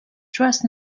trust